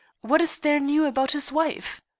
what is there new about his wife?